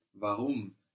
Warum